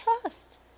trust